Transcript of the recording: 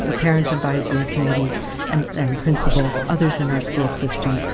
and parent advisory committees and principals, others in our school system,